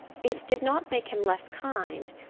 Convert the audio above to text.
it did not make him less kind,